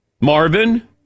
Marvin